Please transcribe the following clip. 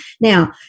Now